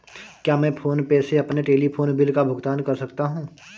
क्या मैं PhonePe से अपने टेलीफोन बिल का भुगतान कर सकता हूँ?